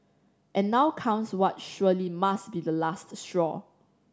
and now comes what surely must be the last straw